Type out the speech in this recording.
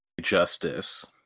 justice